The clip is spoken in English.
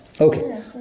Okay